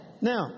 Now